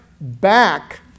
back